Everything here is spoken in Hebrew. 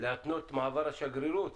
להתנות מעבר השגרירות,